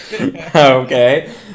Okay